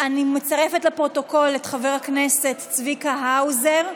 אני מצרפת לפרוטוקול את חבר הכנסת צביקה האוזר.